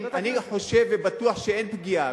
אני חושב ובטוח שאין פגיעה.